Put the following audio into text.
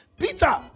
Peter